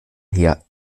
her